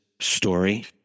story